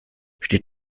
steht